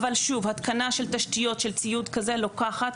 אבל, שוב, התקנה של תשתיות של ציוד כזה לוקחת